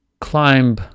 climb